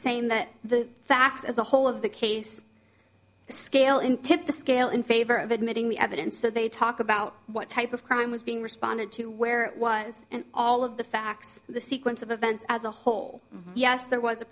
saying that the facts as a whole of the case scale in tip the scale in favor of admitting the evidence so they talk about what type of crime was being responded to where it was and all of the facts the sequence of events as a whole yes